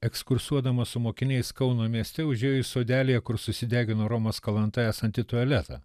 ekskursuodama su mokiniais kauno mieste užėjo į sodelyje kur susidegino romas kalanta esantį tualetą